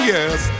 Yes